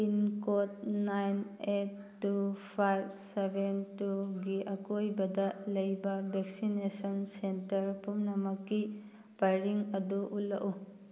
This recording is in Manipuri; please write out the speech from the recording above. pin code nine eight two five seven ꯇꯨꯒꯤ ꯑꯀꯣꯏꯕꯗ ꯂꯩꯕ ꯚꯦꯛꯁꯤꯅꯦꯁꯟ ꯁꯦꯟꯇꯔ ꯄꯨꯝꯅꯃꯛꯀꯤ ꯄꯔꯤꯡ ꯑꯗꯨ ꯎꯠꯂꯛꯎ